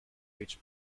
which